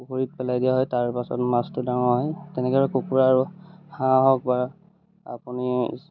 পুখুৰীত পেলাই দিয়া হয় তাৰপাছত মাছটো ডাঙৰ হয় তেনেকৈ কুকুৰা আৰু হাঁহ হওক বা আপুনি